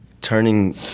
Turning